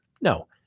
No